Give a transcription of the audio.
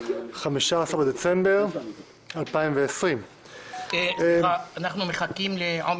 15 בדצמבר 2020. על סדר-היום הצעת חוק